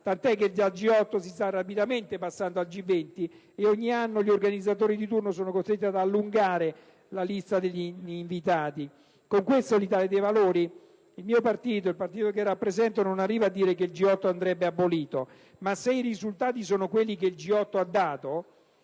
tant'é che dal G8 si sta rapidamente passando al G20, e ogni anno gli organizzatori di turno sono costretti ad allungare la lista degli invitati. Con questo l'Italia dei Valori, il mio partito, non arriva a dire che il G8 andrebbe abolito, ma se i risultati sono quelli che ha dato